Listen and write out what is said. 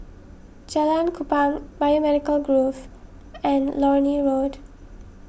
Jalan Kupang Biomedical Grove and Lornie Road